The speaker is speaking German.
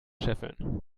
scheffeln